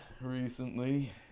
recently